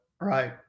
Right